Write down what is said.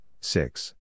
six